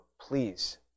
Please